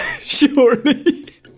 surely